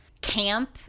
camp